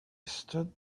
stood